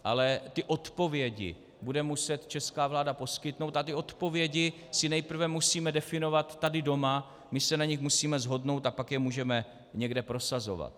Ale ty odpovědi bude muset česká vláda poskytnout a ty odpovědi si nejprve musíme definovat tady doma, my se na nich musíme shodnout, a pak je můžeme někde prosazovat.